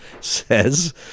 says